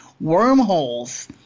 wormholes